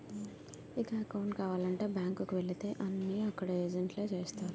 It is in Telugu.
ఇక అకౌంటు కావాలంటే బ్యాంకు కు వెళితే అన్నీ అక్కడ ఏజెంట్లే చేస్తారు